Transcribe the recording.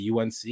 UNC